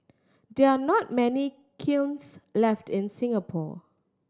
there are not many kilns left in Singapore